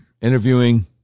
interviewing